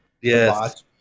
Yes